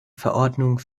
verordnung